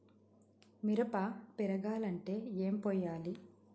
మిరప పెరగాలంటే ఏం పోయాలి?